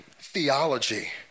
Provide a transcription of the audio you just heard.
theology